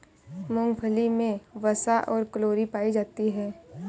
मूंगफली मे वसा और कैलोरी पायी जाती है